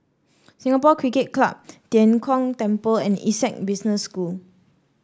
Singapore Cricket Club Tian Kong Temple and Essec Business School